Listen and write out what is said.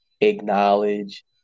acknowledge